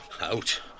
Out